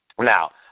Now